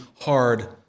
hard